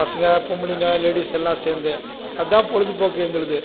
பசங்கள் பொம்பளைங்கள் லேடிஸ் எல்லாம் சேர்ந்து அதுதான் பொழுதுபோக்கு எங்களுக்கு